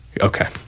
Okay